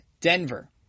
Denver